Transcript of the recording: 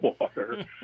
water